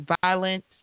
violence